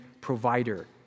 provider